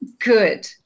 Good